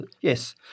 Yes